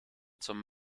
zum